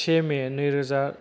से मे नैरोजा